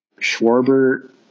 Schwarber